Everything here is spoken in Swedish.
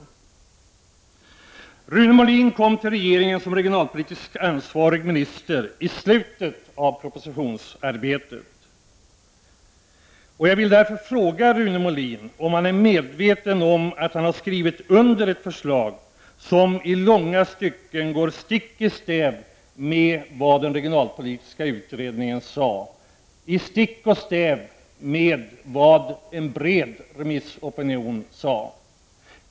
É Rune Molin kom till regeringen som regionalpolitiskt ansvarig minister i slutet av propositionsarbetet. Jag vill därför fråga Rune Molin om han är medveten om att han skrivit under ett förslag som i långa stycken går stick i stäv med vad den regionalpolitiska utredningen sade och stick i stäv med en bred remissopinion.